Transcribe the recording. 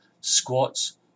Squats